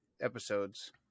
episodes